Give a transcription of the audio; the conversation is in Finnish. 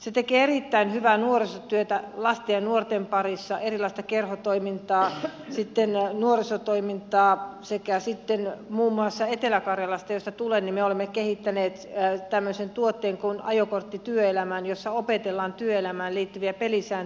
se tekee erittäin hyvää nuorisotyötä lasten ja nuorten parissa erilaista kerhotoimintaa sitten nuorisotoimintaa sekä muun muassa etelä karjalassa josta tulen me olemme kehittäneet tämmöisen tuotteen kuin ajokortti työelämään jossa opetellaan työelämään liittyviä pelisääntöjä